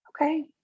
okay